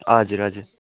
हजुर हजुर